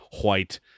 white